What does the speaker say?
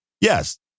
Yes